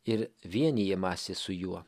ir vienijimąsi su juo